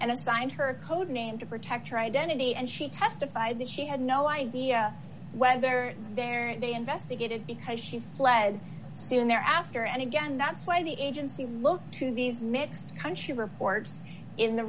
and assigned her a code name to protect her identity and she testified that she had no idea whether there and they investigated because she fled soon thereafter and again that's why the agency looked to these mixed country reports in the